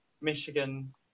Michigan